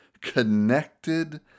connected